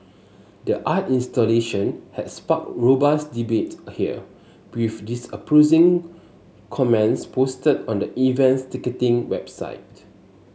the art installation had sparked robust debate here with comments posted on the event's ticketing website